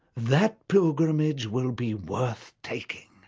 that pilgrimage will be worth taking.